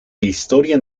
historia